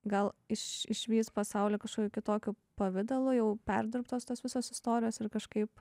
gal iš išvys pasaulį kažkokiu kitokiu pavidalu jau perdirbtos tos visos istorijos ir kažkaip